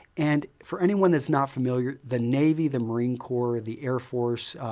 and for anyone that's not familiar, the navy, the marine corps, the air force,